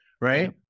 right